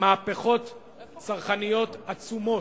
מהפכות צרכניות עצומות,